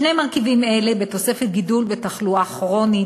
שני מרכיבים אלה, בתוספת גידול בתחלואה כרונית,